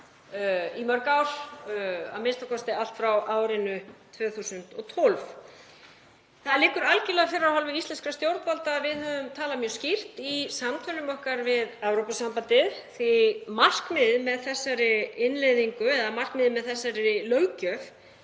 í mörg ár, a.m.k. allt frá árinu 2012. Það liggur algjörlega fyrir af hálfu íslenskra stjórnvalda að við höfum talað mjög skýrt í samtölum okkar við Evrópusambandið því markmiðið með þessari innleiðingu eða löggjöf